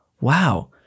Wow